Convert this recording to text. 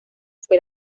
fue